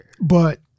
But-